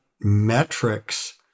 metrics